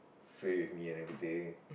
sway with me and everything